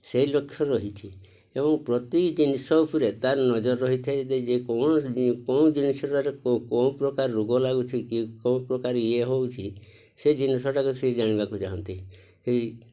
ସେଇ ଲକ୍ଷ୍ୟ ରହିଛି ଏବଂ ପ୍ରତି ଜିନିଷ ଉପରେ ତା'ର ନଜର ରହିଥାଏ ଯେ କୌଣସି କେଉଁ ଜିନିଷରେ କେଉଁ ପ୍ରକାର ରୋଗ ଲାଗୁଛି କି କେଉଁ ପ୍ରକାର ଇଏ ହେଉଛି ସେ ଜିନିଷଟାକୁ ସେ ଜାଣିବାକୁ ଚାହାନ୍ତି